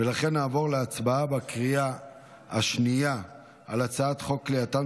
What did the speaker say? לכן נעבור להצבעה בקריאה השנייה על הצעת חוק כליאתם